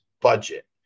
budget